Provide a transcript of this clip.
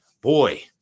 Boy